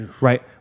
right